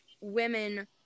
women